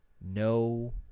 No